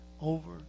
over